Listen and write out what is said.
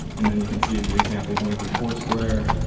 and then you can see the example going through foursquare.